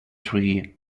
tree